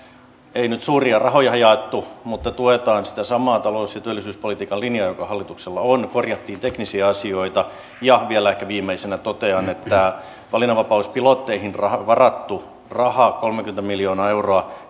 ei nyt suuria rahoja jaettu mutta tuetaan sitä samaa talous ja työllisyyspolitiikan linjaa joka hallituksella on korjattiin teknisiä asioita vielä ehkä viimeisenä totean että valinnanvapauspilotteihin varattua rahaa kolmekymmentä miljoonaa euroa